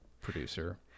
producer